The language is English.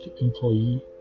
employee